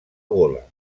gola